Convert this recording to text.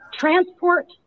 Transport